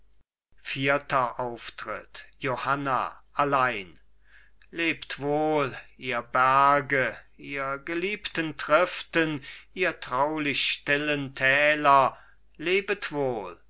vierter auftritt johanna allein lebt wohl ihr berge ihr geliebten triften ihr traulich stillen täler lebet wohl